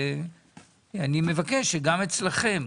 ואני מבקש שגם אצלכם,